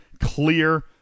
clear